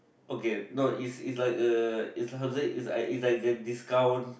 okay no is is like err is like how to say is like a discount